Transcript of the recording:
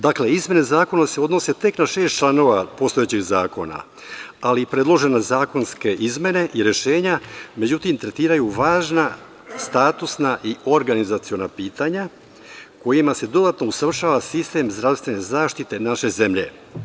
Dakle, izmene zakona se odnose tek na šest članova postojećeg zakona, ali predložene zakonske izmene i rešenja, međutim, tretiraju važna statusna i organizaciona pitanja, kojima se dodatno usavršava sistem zdravstvene zaštite naše zemlje.